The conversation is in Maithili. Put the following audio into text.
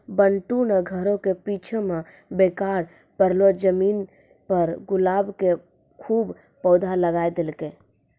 बंटू नॅ घरो के पीछूं मॅ बेकार पड़लो जमीन पर गुलाब के खूब पौधा लगाय देलकै